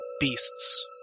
beasts